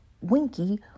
winky